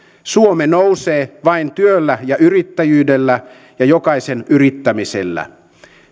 suomi nousee vain työllä ja yrittäjyydellä ja jokaisen yrittämisellä